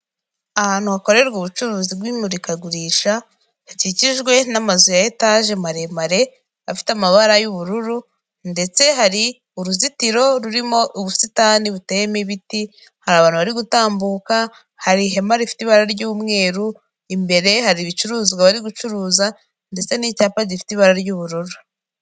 Ahantu hakorerwa ubucuruzi bw'imurikagurisha hakikijwe n'amazu ya etaje maremare afite amabara y'ubururu ndetse hari uruzitiro rurimo ubusitani buteyeteyemo, ibiti hari abantu bari gutambuka, hari ihema rifite ibara ry'umweru, imbere hari ibicuruzwa bari gucuruza ndetse n'icyapa gifite ibara ry'ubururu.